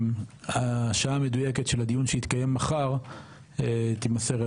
והשעה המדויקת של הדיון שיתקיים מחר תימסר על